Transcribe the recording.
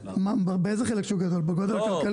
באיזה חלק שהוא גדול בגול כלכלי.